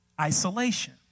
Isolation